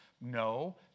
No